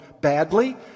badly